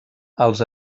els